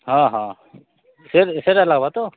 ହଁ ହଁ ସେଟା ଲାଗ୍ବା ତ